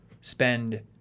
spend